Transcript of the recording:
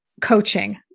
coaching